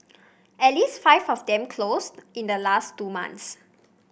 at least five of them closed in the last two months